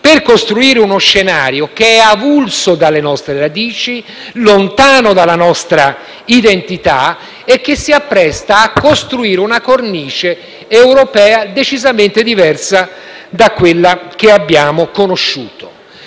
per costruire uno scenario che è avulso dalle nostre radici, lontano dalla nostra identità e che si appresta a costruire una cornice europea decisamente diversa da quella che abbiamo conosciuto.